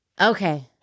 Okay